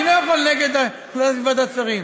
אני לא יכול נגד ועדת שרים.